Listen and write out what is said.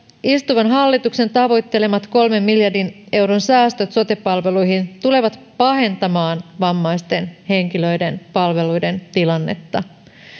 istuvan hallituksen tavoittelemat kolmen miljardin euron säästöt sote palveluihin tulevat pahentamaan vammaisten henkilöiden palveluiden tilannetta